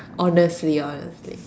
honestly honestly